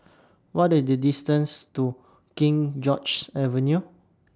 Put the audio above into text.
What IS The distance to King George's Avenue